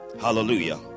hallelujah